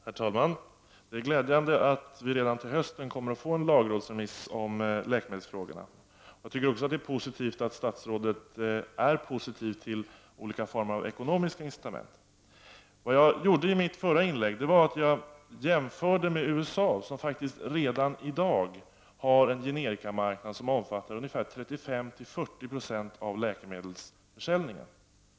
Herr talman! Det är glädjande att vi redan till hösten kommer att få en lagrådsremiss om läkemedelsfrågorna. Jag tycker också att det är bra att statsrådet är positiv till olika former av ekonomiska incitament. I mitt förra inlägg jämförde jag med USA, som faktiskt redan i dag har en generikamarknad som omfattar 35—40 90 av läkemedelsförsäljningen.